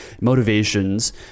motivations